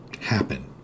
happen